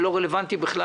זה לא רלוונטי בכלל.